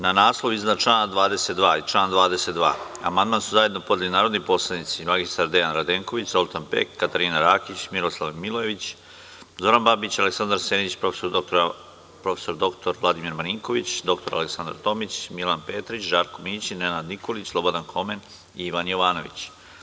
Na naslov iznad člana 22. i član 22. amandman su zajedno podneli narodni poslanici mr Dejan Radenković, Zoltan Pek, Katarina Rakić, Milosav Milojević, Zoran Babić, Aleksandar Senić, prof. dr Vladimir Marinković, dr Aleksandra Tomić, Milan Petrić, Žarko Mićin, Nenad Nikolić, Slobodan Homen i Ivan Jovanović.